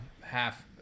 half